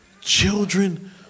Children